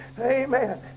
Amen